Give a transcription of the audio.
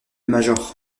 major